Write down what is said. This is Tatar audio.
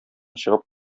чыгып